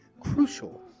crucial